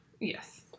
Yes